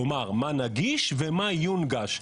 כלומר, מה נגיש ומה יונגש.